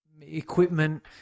equipment